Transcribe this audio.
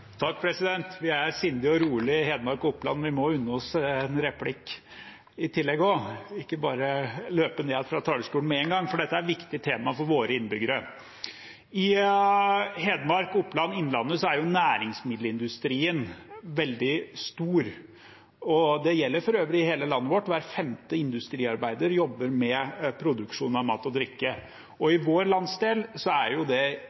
Vi er sindige og rolige i Hedmark og Oppland, vi må unne oss en replikk i tillegg også, ikke bare løpe ned fra talerstolen med en gang, for dette er viktige temaer for våre innbyggere. I Hedmark og Oppland – Innlandet – er næringsmiddelindustrien veldig stor, og det gjelder for øvrig i hele landet vårt. Hver femte industriarbeider jobber med produksjon av mat og drikke. I vår del av landet er det